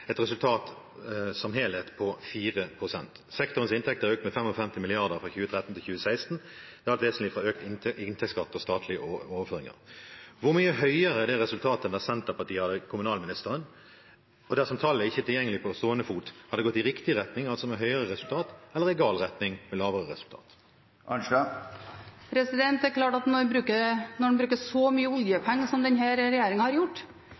et par spørsmål: For kommunesektoren er resultatet for det siste året vi har endelig data fra, 2016, på 4 pst. som helhet. Sektorens inntekter økte med 55 mrd. kr fra 2013 til 2016, i det alt vesentlige fra økt inntektsskatt og statlige overføringer. Hvor mye høyere er dette resultatet enn da Senterpartiet hadde kommunalministeren? Dersom tallet ikke er tilgjengelig på stående fot: Har det gått i riktig retning, altså med bedre resultat, eller i gal retning med dårligere resultat? Det er klart at når en bruker så mye